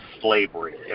slavery